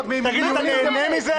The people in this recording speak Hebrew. אתה נהנה מזה?